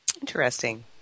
Interesting